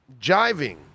jiving